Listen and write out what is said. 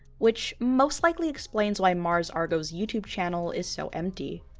which most likely explains why mars argo's youtube channel is so empty.